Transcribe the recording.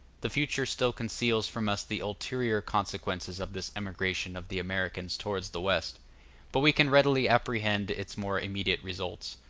the future still conceals from us the ulterior consequences of this emigration of the americans towards the west but we can readily apprehend its more immediate results.